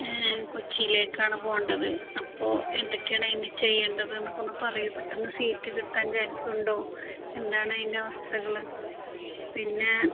കൊച്ചിയിലേക്കാണ് പോകേണ്ടത് അപ്പോൾ എന്തൊക്കെയാണതിനു ചെയ്യേണ്ടത് എന്നൊക്കെ ഒന്നു പറയൂ പെട്ടെന്ന് സീറ്റ് കിട്ടാൻ ചാൻസുണ്ടോ എന്താണ് അതിൻ്റെ അവസ്ഥകൾ പിന്നെ